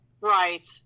Right